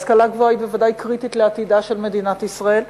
השכלה גבוהה היא בוודאי קריטית לעתידה של מדינת ישראל.